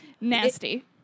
Nasty